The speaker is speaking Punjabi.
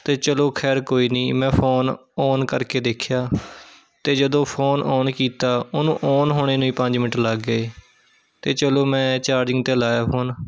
ਅਤੇ ਚੱਲੋ ਖੈਰ ਕੋਈ ਨਹੀਂ ਮੈਂ ਫ਼ੋਨ ਔਨ ਕਰਕੇ ਦੇਖਿਆ ਅਤੇ ਜਦੋਂ ਫ਼ੋਨ ਔਨ ਕੀਤਾ ਉਹਨੂੰ ਔਨ ਹੋਣ ਨੂੰ ਹੀ ਪੰਜ ਮਿੰਟ ਲੱਗ ਗਏ ਅਤੇ ਚੱਲੋ ਮੈਂ ਚਾਰਜਿੰਗ 'ਤੇ ਲਾਇਆ ਫ਼ੋਨ